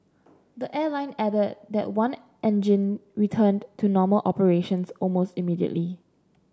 the airline added that one engine returned to normal operations almost immediately